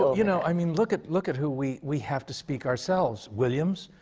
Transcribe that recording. you know, i mean, look at look at who we we have to speak ourselves. williams!